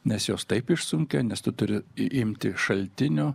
nes jos taip išsunkia nes tu turi imti šaltinio